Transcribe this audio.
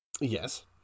Yes